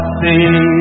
see